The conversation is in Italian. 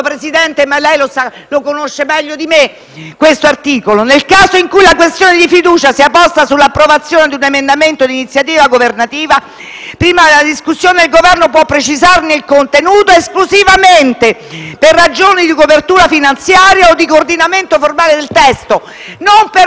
Presidente - ma lei lo conosce meglio di me - l'articolo 161, comma 3*-quater*, del Regolamento: «Nel caso in cui la questione di fiducia sia posta sull'approvazione di un emendamento di iniziativa governativa, prima della discussione il Governo può precisarne il contenuto esclusivamente per ragioni di copertura finanziaria o di coordinamento formale del testo». Non può